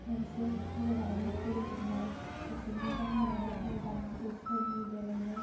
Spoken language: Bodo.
मोनसे धोरोमावनो सोलि जोबनाय बेसोरनि गान्नायाबो आलदा बेसोरनि देलायनाय